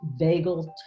vagal